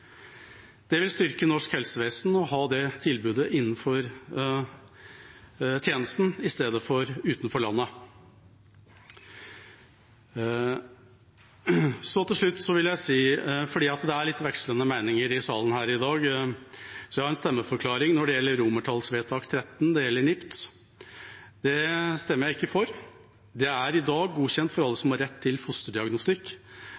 Det vil styrke norsk helsevesen å ha det tilbudet innenfor tjenesten istedenfor utenfor landet. Til slutt vil jeg – fordi det er litt vekslende meninger i salen her i dag – komme med en stemmeforklaring når det gjelder komitéinnstillingen XIII, det gjelder NIPT. Det stemmer jeg ikke for. Det er i dag godkjent for alle